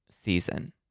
season